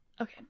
Okay